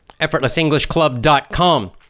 EffortlessEnglishClub.com